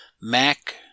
Mac